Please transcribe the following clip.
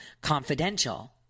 confidential